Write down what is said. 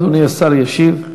אדוני השר ישיב.